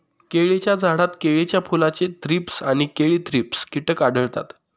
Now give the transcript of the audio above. केळीच्या झाडात केळीच्या फुलाचे थ्रीप्स आणि केळी थ्रिप्स कीटक आढळतात